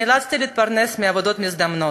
נאלצתי להתפרנס מעבודות מזדמנות: